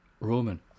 Roman